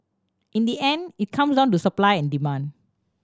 in the end it comes down to supply and demand